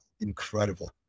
incredible